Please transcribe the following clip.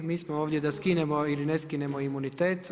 Mi smo ovdje da skinemo ili ne skinemo imunitet.